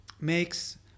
makes